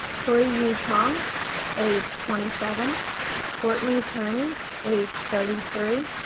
hui yee tang age twenty seven courtney turney age thirty three,